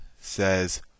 says